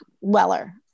Weller